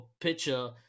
picture